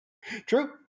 true